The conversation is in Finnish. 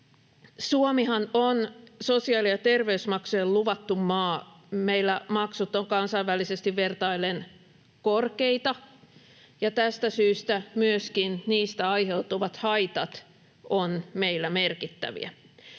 Suomihan on sosiaali- ja terveysmaksujen luvattu maa. Meillä maksut ovat kansainvälisesti vertaillen korkeita, ja tästä syystä myöskin niistä aiheutuvat haitat ovat meillä merkittäviä.